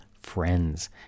friends